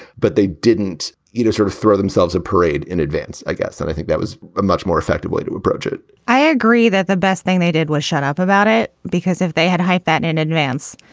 but they didn't, you know, sort of throw themselves a parade in advance, i guess. so and i think that was a much more effective way to approach it i agree that the best thing they did was shut up about it, because if they had hype that in advance,